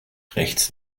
rechts